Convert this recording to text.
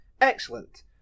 Excellent